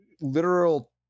literal